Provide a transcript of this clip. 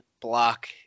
block